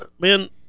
man